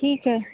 ठीक है